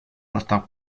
alta